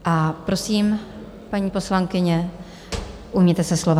A prosím, paní poslankyně, ujměte se slova.